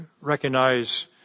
recognize